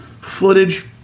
footage